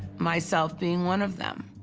myself being one of them.